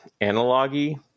analogy